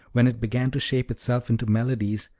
when it began to shape itself into melodies,